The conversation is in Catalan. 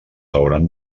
hauran